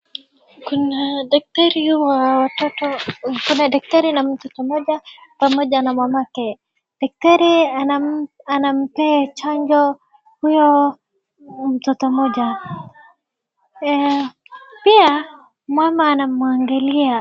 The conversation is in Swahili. Kuna daktari wa watoto, kuna daktari na mtoto mmoja pamoja na mamake. Daktari anampe chanjo huyo mtoto mmoja. Pia mama anamuangalia.